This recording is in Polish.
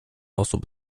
osób